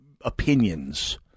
opinions